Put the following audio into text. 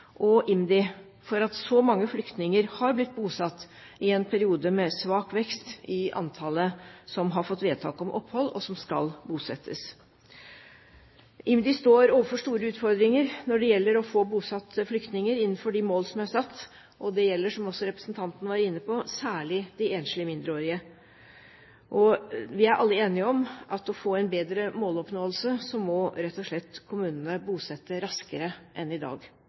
og IMDi for at så mange flyktninger har blitt bosatt i en periode med sterk vekst i antallet som har fått vedtak om opphold, og som skal bosettes. IMDi står overfor store utfordringer når det gjelder å få bosatt flyktninger innenfor de mål som er satt. Dette gjelder særlig – som også representanten var inne på – de enslige mindreårige. Vi er alle enige om at for å få en bedre måloppnåelse må kommunene rett og slett bosette raskere enn i dag.